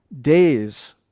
days